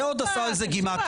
ועוד עשה על זה גימטריות.